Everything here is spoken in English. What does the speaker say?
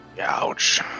Ouch